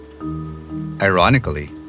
Ironically